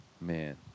Man